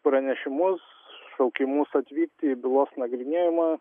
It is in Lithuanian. pranešimus šaukimus atvykti į bylos nagrinėjimą